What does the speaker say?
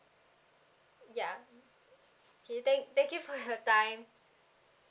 yeah can you thank thank you for your time